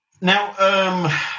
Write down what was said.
Now